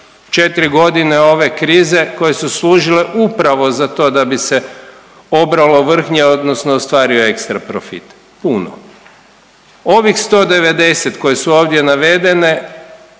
4 godine ove krize koje su služile upravo za to da bi se pobralo vrhnje odnosno ostvario ekstra profit? Puno. Ovih 190 koje su ovdje navedene